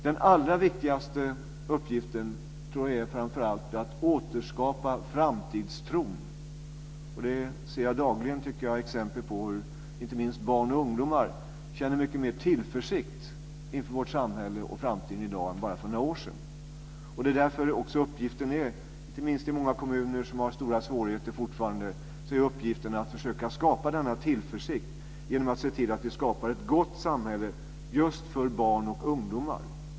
Den allra viktigaste uppgiften tror jag framför allt är att återskapa framtidstron. Jag ser dagligen, tycker jag, exempel på hur inte minst barn och ungdomar känner mycket mer tillförsikt inför vårt samhälle och vår framtid än för bara några år sedan. Det är därför som uppgiften är, inte minst i många kommuner som fortfarande har stora svårigheter, att försöka skapa denna tillförsikt genom att se till att vi skapar ett gott samhälle just för barn och ungdomar.